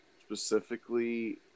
specifically